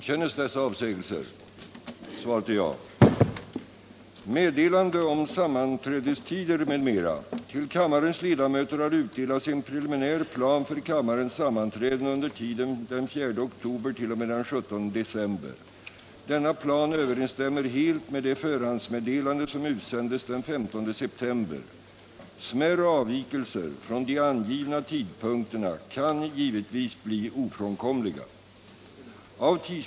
Till kammarens ledamöter har utdelats en preliminär plan för kammarens sammanträden under tiden den 4 oktober-den 17 december. Denna plan överensstämmer helt med det förhandsmeddelande som utsändes den 15 september. Smärre avvikelser från de angivna tidpunkterna kan givetvis bli ofrånkomliga.